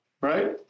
Right